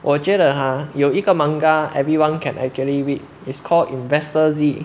我觉得 ha 有一个 manga everyone can actually read is called investor Z